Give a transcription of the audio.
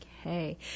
Okay